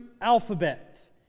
alphabet